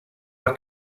are